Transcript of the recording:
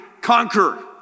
conquer